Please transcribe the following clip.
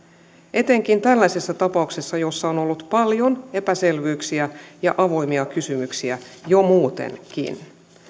etenkin tällaisessa tapauksessa jossa on ollut paljon epäselvyyksiä ja avoimia kysymyksiä jo muutenkin